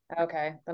Okay